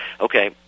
Okay